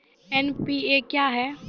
NPA क्या हैं?